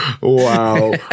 Wow